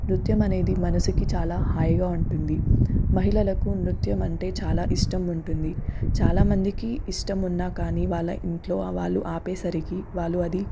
నృత్యమనేది మనసుకి చాలా హాయిగా ఉంటుంది మహిళలకు నృత్యం అంటే చాలా ఇష్టం ఉంటుంది చాలా మందికి ఇష్టం ఉన్నా కానీ వాళ్ళ వాళ్ళు ఆపేసరికి వాళ్ళు అది